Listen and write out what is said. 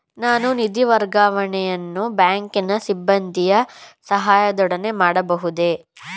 ನಾನು ನಿಧಿ ವರ್ಗಾವಣೆಯನ್ನು ಬ್ಯಾಂಕಿನ ಸಿಬ್ಬಂದಿಯ ಸಹಾಯದೊಡನೆ ಮಾಡಬಹುದೇ?